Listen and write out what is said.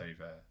over